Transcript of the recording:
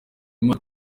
imana